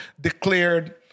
declared